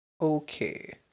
okay